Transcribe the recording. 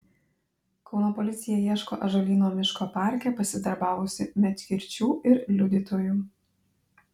kauno policija ieško ąžuolyno miško parke pasidarbavusių medkirčių ir liudytojų